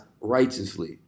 righteously